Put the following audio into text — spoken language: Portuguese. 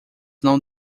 não